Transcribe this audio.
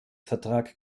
vertrag